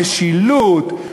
המשילות,